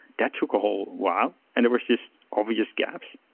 that took a whole while, and there was just obvious gaps.